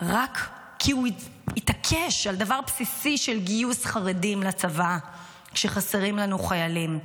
רק כי הוא התעקש על דבר בסיסי של גיוס חרדים לצבא כשחסרים לנו חיילים.